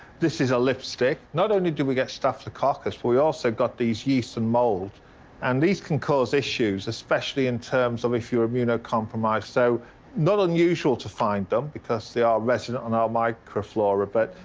this is a lipstick. not only do we get staphylococcus, but we also got these yeasts and moulds and these can cause issues especially in terms of if you're immunocompromised so not unusual to find them because they are residents on our microflora but,